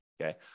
okay